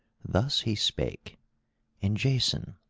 thus he spake and jason,